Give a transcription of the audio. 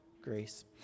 grace